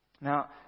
Now